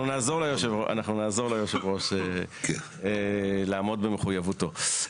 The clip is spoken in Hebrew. אנחנו נעזור ליושב הראש לעמוד במחויבותו.